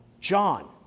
John